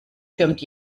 türmt